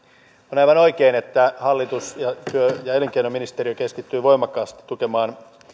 on aivan oikein että hallitus ja työ ja elinkeinoministeriö keskittyy voimakkaasti tukemaan